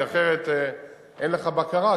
כי אחרת אין לך בקרה,